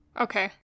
Okay